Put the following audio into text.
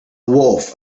wolf